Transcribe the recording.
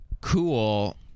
cool